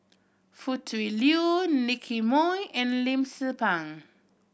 Foo Tui Liew Nicky Moey and Lim Tze Peng